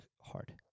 hard